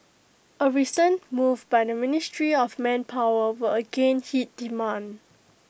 A recent move by the ministry of manpower will again hit demand